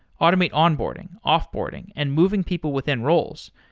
automate onboarding, off-boarding and moving people within roles.